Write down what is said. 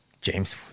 James